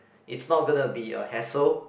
is not gonna to be a hassle